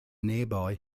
nearby